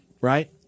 right